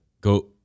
go